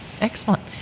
excellent